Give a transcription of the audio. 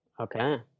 Okay